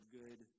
good